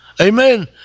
Amen